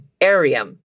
Arium